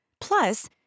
Plus